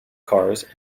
cars